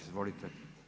Izvolite.